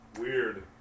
weird